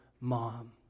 mom